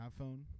iPhone